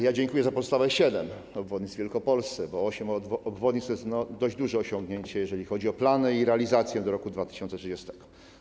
Ja dziękuję za pozostałe siedem obwodnic w Wielkopolsce, bo osiem obwodnic to jest dość duże osiągnięcie, jeżeli chodzi o plany i realizację do roku 2030.